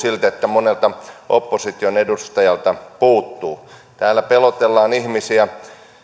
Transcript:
monelta opposition edustajalta puuttuvan täällä pelotellaan ihmisiä